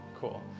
cool